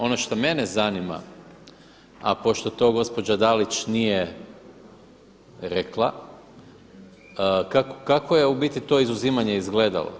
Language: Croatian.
Ono što mene zanima, a pošto to gospođa Dalić nije rekla, kako je u biti izuzimanje izgledalo.